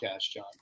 John